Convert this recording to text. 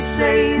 say